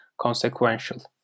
consequential